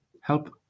Help